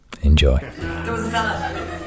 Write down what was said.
Enjoy